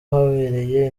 habereye